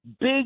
Big